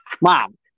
Mom